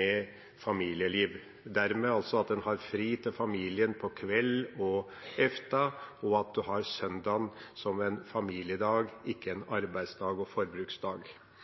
med familieliv og dermed ha fri til familien på kvelden og ettermiddagen, og at man har søndagen som en familiedag, ikke som en arbeidsdag og forbruksdag.